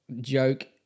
joke